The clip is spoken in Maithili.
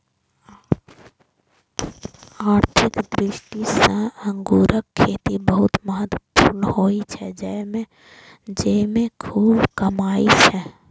आर्थिक दृष्टि सं अंगूरक खेती बहुत महत्वपूर्ण होइ छै, जेइमे खूब कमाई छै